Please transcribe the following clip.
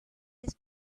his